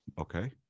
Okay